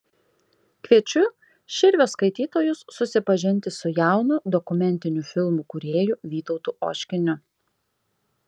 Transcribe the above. kviečiu širvio skaitytojus susipažinti su jaunu dokumentinių filmų kūrėju vytautu oškiniu